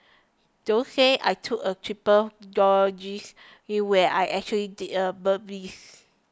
don't say I took a triple it when I actually did a birdies